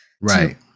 Right